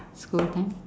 school time